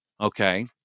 okay